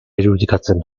irudikatzen